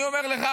אני אומר לך,